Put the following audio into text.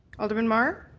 alderman mar?